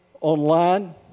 online